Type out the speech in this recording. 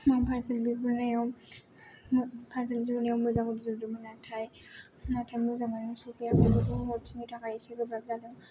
बिहरनायाव पारसेल बिहरनायाव मोजां बिहरदोंमोन नाथाय नाथाय मोजाङानो सफैयाखै बिखौ हरफिननो थाखाय गोब्राब जादों